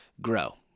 grow